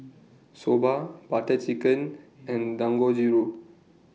Soba Butter Chicken and Dangojiru